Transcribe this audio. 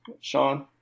Sean